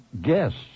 guests